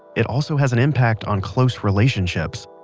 it also has an impact on close relationships.